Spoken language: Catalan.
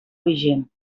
vigent